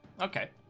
okay